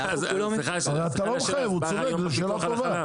הרי אתה לא מחייב, הוא צודק, זאת שאלה טובה